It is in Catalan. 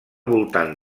voltant